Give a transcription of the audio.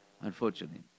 unfortunately